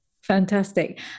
fantastic